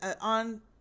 on